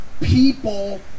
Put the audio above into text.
people